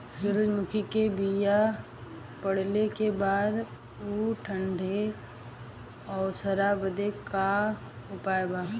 सुरजमुखी मे बीज पड़ले के बाद ऊ झंडेन ओकरा बदे का उपाय बा?